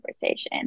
conversation